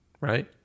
Right